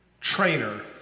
trainer